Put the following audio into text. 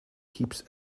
keeps